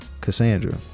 Cassandra